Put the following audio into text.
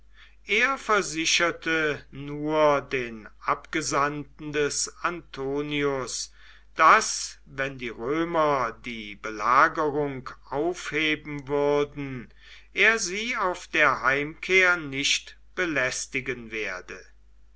er versicherte nur den abgesandten des antonius daß wenn die römer die belagerung aufheben würden er sie auf der heimkehr nicht belästigen werde